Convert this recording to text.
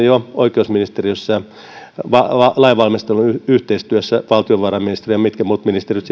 jo oikeusministeriössä lainvalmistelussa yhteistyössä valtiovarainministeriön kanssa ja mitkä muut ministeriöt